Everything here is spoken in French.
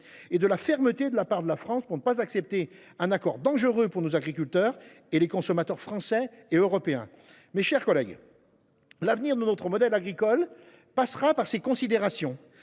et de la fermeté de la part de la France, afin que ne soit pas accepté un accord dangereux pour nos agriculteurs et pour les consommateurs français et européens. Mes chers collègues, l’avenir de notre modèle agricole passera par une prise